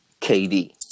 KD